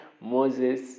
Moses